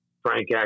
Frank